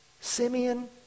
Simeon